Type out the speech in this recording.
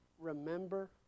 remember